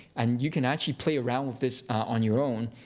and you can actually play around with this on your own,